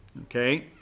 Okay